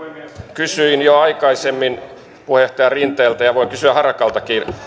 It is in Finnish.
kysyin jo aikaisemmin puheenjohtaja rinteeltä ja voin kysyä harakaltakin